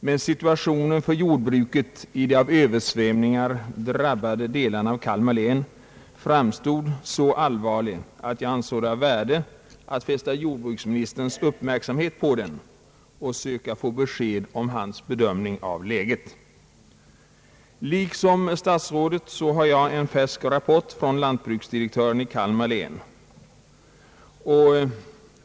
Men situationen för jordbruket i de av översvämningar drabbade delarna av Kalmar län framstod som så allvarlig att jag ansåg det vara av värde att fästa jordbruksministerns uppmärksamhet på den och söka få besked om hans bedömning av läget. Liksom statsrådet har jag en färsk rapport från lantbruksdirektören i Kalmar län.